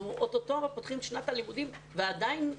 אנחנו עוד